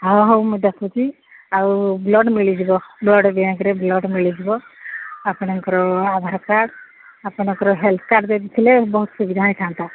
ହ ହଉ ମୁଁ ଦେଖୁଛି ଆଉ ବ୍ଲଡ୍ ମିଳିଯିବ ବ୍ଲଡ୍ ବ୍ୟାଙ୍କରେ ବ୍ଲଡ୍ ମିଳିଯିବ ଆପଣଙ୍କର ଆଧାର କାର୍ଡ୍ ଆପଣଙ୍କର ହେଲ୍ଥ୍ କାର୍ଡ୍ ଯଦି ଥିଲେ ବହୁତ ସୁବିଧା ହୋଇଥାନ୍ତା